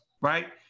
right